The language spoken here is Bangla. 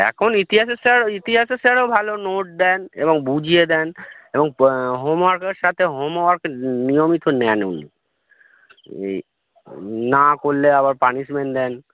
এখন ইতিহাসের স্যার ইতিহাসের স্যারও ভালো নোট দেন এবং বুঝিয়ে দেন এবং হোমওয়ার্কের সাথে হোমওয়ার্ক নিনিয়মিত নেন উনি এই না করলে আবার পানিশমেন্ট দেন